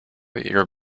your